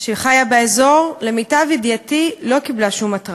שחיה באזור, למיטב ידיעתי, לא קיבלה שום התראה.